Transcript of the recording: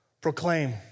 proclaim